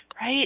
right